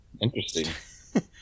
Interesting